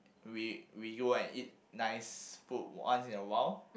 we we go out and eat nice food once in a while